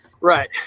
right